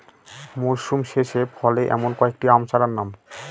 মরশুম শেষে ফলে এমন কয়েক টি আম চারার নাম?